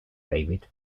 david